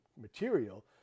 material